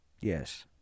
Yes